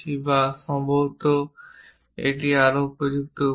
বা সম্ভবত এটি আরও উপযুক্ত উপায়ে